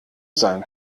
sein